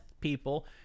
people